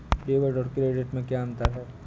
Debit और credit में क्या अंतर है?